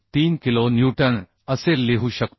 3 kilo newton असे लिहू शकतो